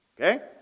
Okay